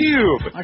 Cube